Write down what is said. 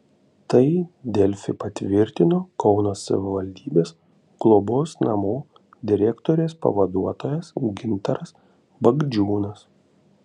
tai delfi patvirtino kauno savivaldybės globos namų direktorės pavaduotojas gintaras bagdžiūnas